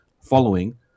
following